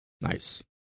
nice